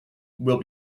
will